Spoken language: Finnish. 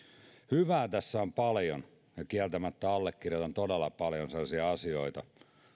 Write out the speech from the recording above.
hyvää tässä on paljon ja kieltämättä allekirjoitan todella paljon sellaisia asioita kuin